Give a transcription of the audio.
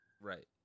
Right